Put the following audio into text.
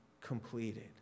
completed